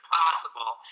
possible